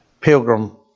Pilgrim